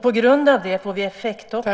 På grund av det får vi effekttoppar.